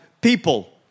people